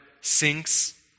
sinks